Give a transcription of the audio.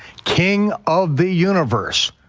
king of the universe